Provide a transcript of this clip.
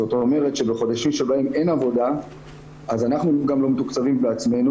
זאת אומרת שבחודשים שבהם אין עבודה אז אנחנו גם לא מתוקצבים בעצמנו